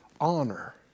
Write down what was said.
honor